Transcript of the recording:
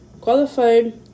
Qualified